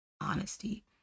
honesty